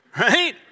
right